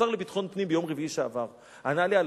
השר לביטחון הפנים ביום רביעי שעבר ענה לי על